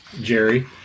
Jerry